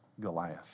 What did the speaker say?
Goliath